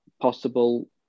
possible